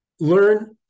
Learn